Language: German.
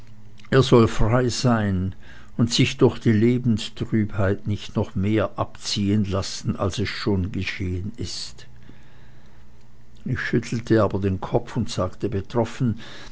er soll frei sein und sich durch die lebenstrübheit nicht noch mehr abziehen lassen als es schon geschehen ist ich schüttelte aber den kopf und sagte betroffen